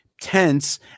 tense